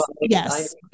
Yes